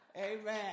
Amen